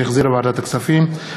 שהחזירה ועדת הכספים,